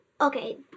okay